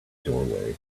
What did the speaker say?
doorway